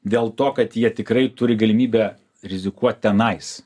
dėl to kad jie tikrai turi galimybę rizikuot tenais